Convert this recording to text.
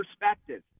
perspective